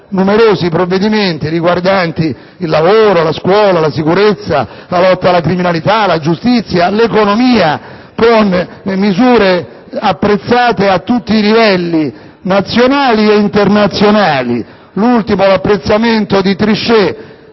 numerosi provvedimenti riguardanti il lavoro, la scuola, la sicurezza, la lotta alla criminalità, la giustizia, l'economia, con misure apprezzate a tutti i livelli, nazionali e internazionali. L'ultimo l'apprezzamento è di Trichet,